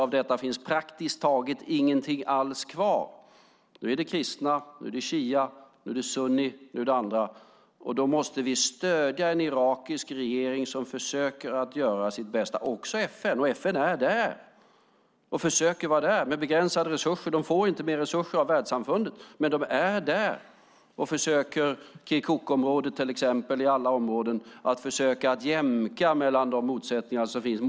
Av dem finns praktiskt taget inga alls kvar. Nu är det kristna, nu är det shia, nu är det sunni, nu är det andra. Då måste vi stödja en irakisk regering som försöker att göra sitt bästa, också FN, och FN är där men med begränsade resurser. De får inte mer resurser av världssamfundet. Men de är där, till exempel i Krikkoområdet och andra områden, och försöker jämka de motsättningar som finns.